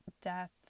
death